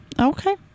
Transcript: Okay